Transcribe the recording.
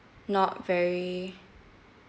not very